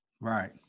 right